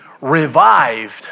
revived